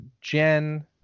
Jen